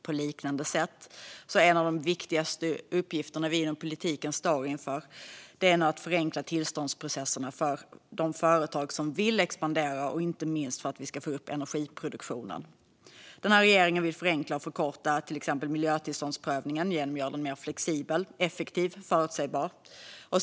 På liknande sätt är en av de viktigaste uppgifter som vi inom politiken står inför att förenkla tillståndsprocesserna för de företag som vill expandera, inte minst för att vi ska få upp energiproduktionen. Denna regering vill förenkla och förkorta till exempel miljötillståndsprövningen genom att göra den mer flexibel, effektiv och förutsägbar.